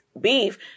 beef